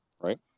right